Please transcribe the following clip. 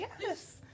Yes